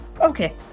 Okay